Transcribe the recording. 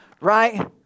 Right